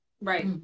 right